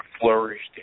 flourished